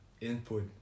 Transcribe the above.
input